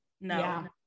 No